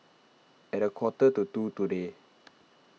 at a quarter to two today